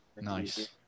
Nice